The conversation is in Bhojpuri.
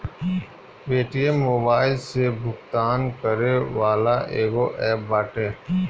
पेटीएम मोबाईल से भुगतान करे वाला एगो एप्प बाटे